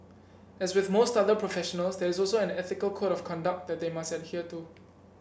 as with most other professionals there is also an ethical code of conduct that they must adhere to